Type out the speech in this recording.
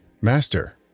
Master